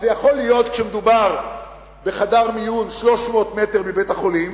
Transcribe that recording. אז יכול להיות שמדובר בחדר מיון 300 מטר מבית-החולים